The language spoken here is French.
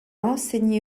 enseigné